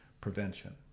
prevention